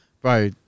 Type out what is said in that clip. Bro